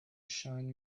shine